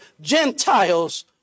Gentiles